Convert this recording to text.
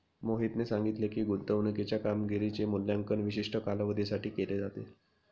मोहितने सांगितले की, गुंतवणूकीच्या कामगिरीचे मूल्यांकन विशिष्ट कालावधीसाठी केले जाते